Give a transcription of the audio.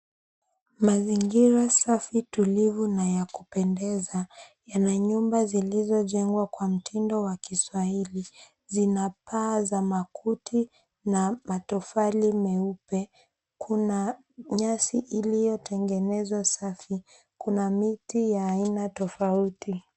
Mazingira safi tulivu na ya kupendeza yana nyumba zilizojengwa kwa mtindo wa kiswahili, zinapaa za makuti na matofali meupe, kuna nyasi iliyotengenezwa safi, kuna miti ya aina tofauti.